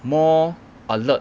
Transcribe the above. more alert